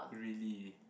really